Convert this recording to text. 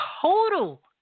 total